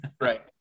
Right